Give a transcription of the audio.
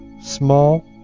small